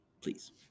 please